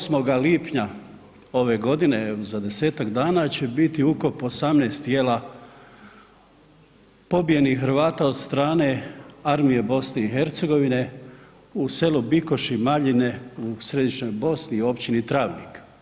8. lipnja ove godine, za 10-tak dana će biti ukop 18 tijela pobijenih Hrvata od strane Armije BiH u selu Bikoši, Maljine u Središnjoj Bosni i općini Travnik.